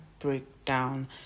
breakdown